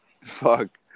fuck